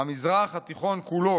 המזרח התיכון כולו.